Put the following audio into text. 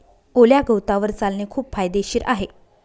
ओल्या गवतावर चालणे खूप फायदेशीर आहे